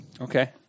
okay